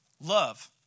love